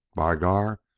by gar,